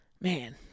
Man